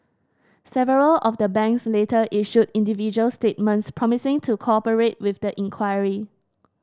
several of the banks later issued individual statements promising to cooperate with the inquiry